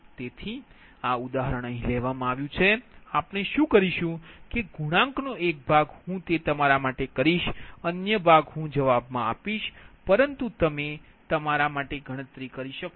તેથી આ ઉદાહરણ અહીં લેવામાં આવ્યું છે આપણે શું કરીશું કે ગુણાંકનો એક ભાગ હું તે તમારા માટે કરીશ અન્ય ભાગ હું જવાબ મા આપીશ પરંતુ તમે તમારા માટે ગણતરી કરી શકશો